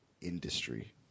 industry